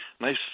Nice